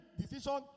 decision